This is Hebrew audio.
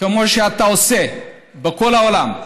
כמו שאתה עושה בכל העולם,